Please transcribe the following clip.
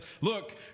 look